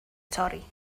torri